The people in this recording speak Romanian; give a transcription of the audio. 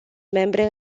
membre